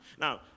Now